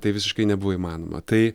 tai visiškai nebuvo įmanoma tai